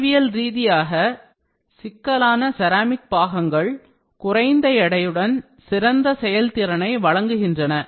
வடிவியல் ரீதியாக சிக்கலான செராமிக் பாகங்கள் குறைந்த எடையுடன் சிறந்த செயல்திறனை வழங்குகின்றன